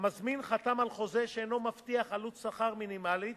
המזמין חתם על חוזה שאינו מבטיח עלות שכר מינימלית,